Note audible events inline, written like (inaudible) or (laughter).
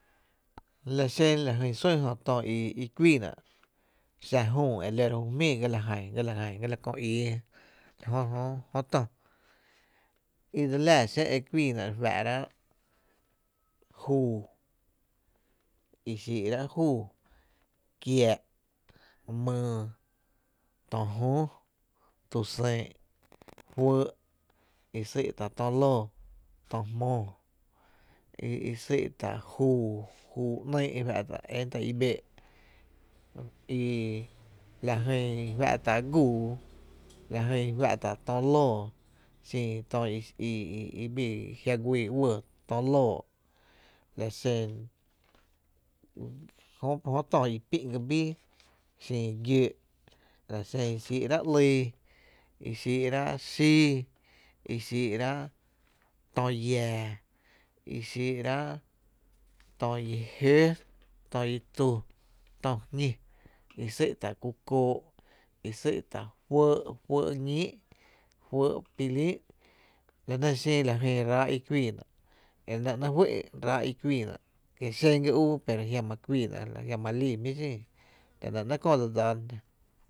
La xen la jyn sún jö to y kuíína’ xa jüü e re lóra ju jmíí ga la jan, ga la jan e la köö ii jö to i dselila xén’n i kuiina i xin juu i xíí’ráá jú´´u, kiáá’, myy, tö jü, tu xÿÿ’ fɇɇ’, i xý’tá’ tö lóo, tö jmoo, i sý’ tá’ juu ‘nyy’ fá’ta´’ i en tá’ i bee’ i la jy i fátá’ gúuú, i fá’ta’ tö lóo xin tï i (hesitation) i bii jia’ güii uɇɇ tö lóo, la xen jö tö i pí’n ga bíí i xin gióó’ la xen i xíí’rá’ ‘lii, i xíí’ rá’ xíí, i xíi’rá’ töo llaa, i xíí’rá’ tö i jö i tu, tö jñí, i sý’tá ku kóo’ i sý’ta fɇɇ’ ñíií’ fɇɇ pi lí’n la nɇ xin la jyn ráá’ i kuiina, e nɇ ‘néé’ fý’ ráá’ i kuiiná xen ga ú pero a jiama kuiina a jiama malii ‘jmí’ xin, e nɇ ‘néé’ köö dse dsáána jná.